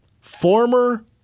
Former